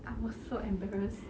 I was so embarrassed